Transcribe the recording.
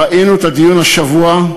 ראינו את הדיון השבוע,